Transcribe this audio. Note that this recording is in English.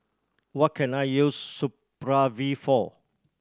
what can I use Supravit for